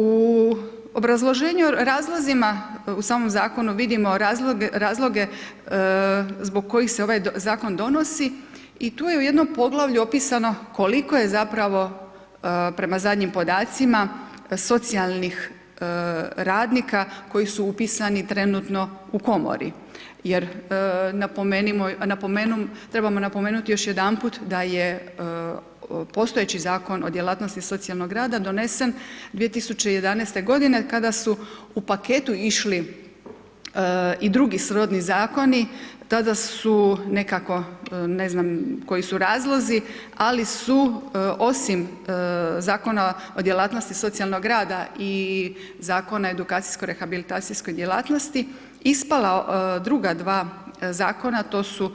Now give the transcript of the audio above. U obrazloženju o razlozima u samom zakonu vidimo razloge zbog koji se ovaj zakon donosi i tu je u jednom poglavlju opisano koliko je zapravo prema zadnjim podacima socijalnih radnika koji su upisani trenutno u komori jer trebamo napomenuti još jedanput da je postojeći Zakon o djelatnosti socijalnog rada donesen 2011. g. kad su u paketu išli i drugi srodni zakoni, tada su nekako, ne znam koji su razlozi ali su osim Zakona o djelatnosti socijalnog rada i Zakona o edukacijsko-rehabilitacijskoj djelatnosti, ispala druga dva zakona a to su